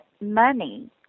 money